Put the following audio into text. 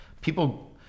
people